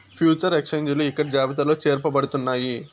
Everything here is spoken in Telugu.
ఫ్యూచర్ ఎక్స్చేంజిలు ఇక్కడ జాబితాలో చేర్చబడుతున్నాయి